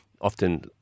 often